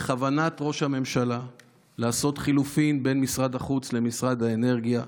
בכוונת ראש הממשלה לעשות חילופים בין משרד החוץ למשרד האנרגיה,